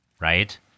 right